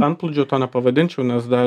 antplūdžiu to nepavadinčiau nes dar